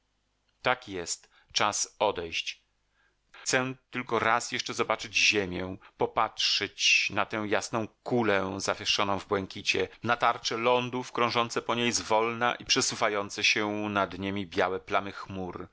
tak jest czas odejść chcę tylko raz jeszcze zobaczyć ziemię popatrzyć na tę jasną kulę zawieszoną w błękicie na tarcze lądów krążące po niej zwolna i przesuwające się nad niemi białe plamy chmur